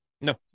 no